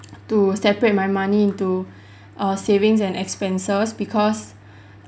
to separate my money into uh savings and expenses because